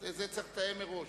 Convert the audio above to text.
את זה צריך לתאם מראש.